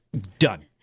done